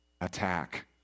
attack